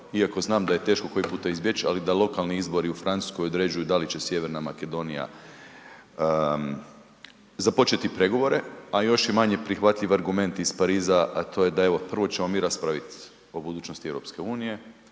iako znam da je teško koji puta izbjeć, ali da lokalni izbori u Francuskoj određuju da li će Sjeverna Makedonija započeti pregovore, a još je manje prihvatljiv argument iz Pariza, a to je da evo prvo ćemo mi raspraviti o budućnosti EU pa ćemo